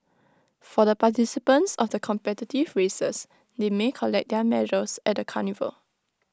for the participants of the competitive races they may collect their medals at the carnival